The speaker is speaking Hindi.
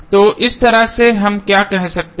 तो इस तरह से हम क्या कह सकते हैं